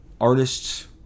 artists